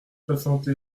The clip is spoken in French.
soixante